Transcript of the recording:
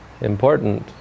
important